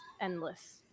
endless